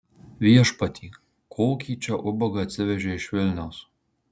viešpatie kokį čia ubagą atsivežei iš vilniaus